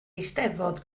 eisteddfod